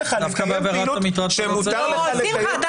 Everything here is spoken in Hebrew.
עבירת המטרד היא מלכתחילה עבירה